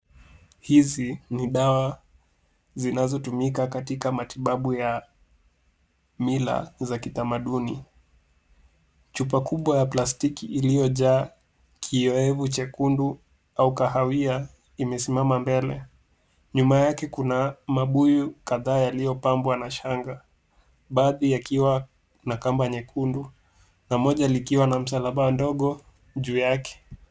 Hizi ni dawa zinazotumika katika matibabu ya mila za kitamaduni. Chupa kubwa ya plastiki iliyojaa kioevu chekundu au kahawia imesimama mbele, nyuma yake kuna mabuyu kadhaa yaliyopambwa na shanga, baadhi yakiwa na kamba nyekundu na moja likiwa na msalaba ndogo juu yake.